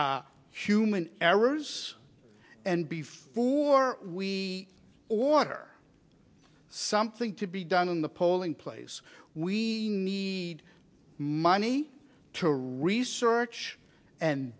human errors and before we order something to be done in the polling place we need money to research and